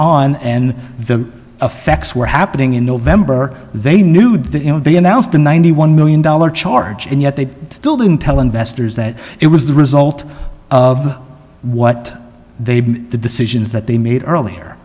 on and the effects were happening in november they knew that you know they announced a ninety one million dollar charge and yet they still didn't tell investors that it was the result of what they view the decisions that they made earlier